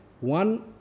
one